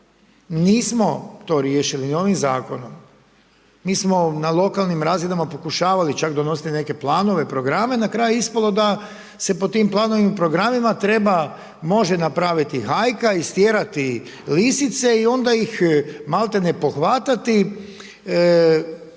Nismo to riješili ni ovim zakonom. Mi smo na lokalnim razinama pokušavali čak donositi neke planove, programe. Na kraju je ispalo da se po tim planovima i programima treba, može napraviti hajka, istjerati lisice i onda ih maltene pohvatati,